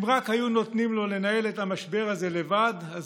אם רק היו נותנים לו לנהל את המשבר הזה לבד אז